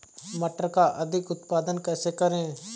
मटर का अधिक उत्पादन कैसे करें?